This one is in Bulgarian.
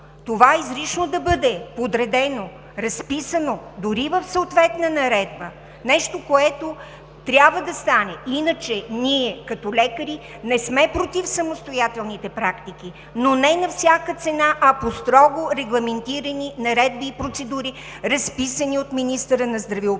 това изрично да бъде подредено, разписано дори и в съответна наредба, нещо, което трябва да стане. Иначе ние като лекари не сме против самостоятелни практики, но не на всяка цена, а по строго регламентирани наредби и процедури, разписани от министъра на здравеопазването.